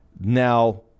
Now